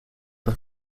een